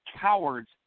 cowards